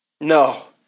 No